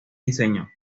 diseño